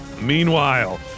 Meanwhile